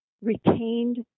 retained